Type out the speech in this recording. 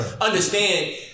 Understand